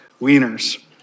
wieners